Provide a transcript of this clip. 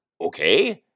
okay